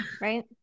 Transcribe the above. right